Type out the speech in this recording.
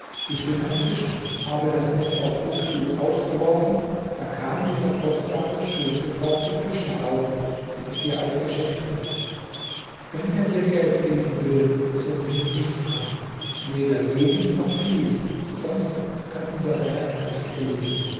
ich bin ein fischer habe das netz auf gut glück ausgeworfen da kam dieser kostbare schön geformte fisch herauf den ich dir als geschenk bringe wenn er dir geld geben will so nimm nichts an weder wenig noch viel sonst kann unser werk nicht gelingen